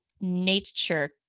nature